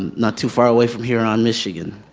not too far away from here on michigan.